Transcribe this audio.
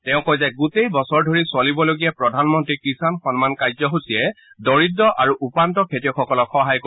তেওঁ কয় যে গোটেই বছৰ ধৰি চলিবলগীয়া প্ৰধানমন্ত্ৰী কিষাণ সন্মান কাৰ্যসুচীয়ে দৰিদ্ৰ আৰু উপান্ত খেতিয়কসকলক সহায় কৰিব